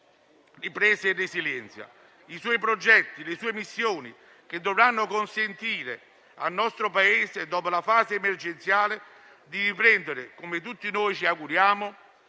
i suoi progetti e missioni, che dovranno consentire al nostro Paese, dopo la fase emergenziale, di riprendere, come tutti noi ci auguriamo,